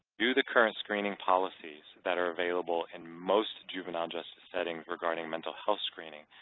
view the current screening policies that are available in most juvenile justice settings regarding mental health screening.